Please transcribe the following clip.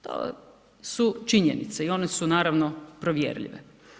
To su činjenice i one su, naravno, provjerljive.